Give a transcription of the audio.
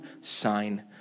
sign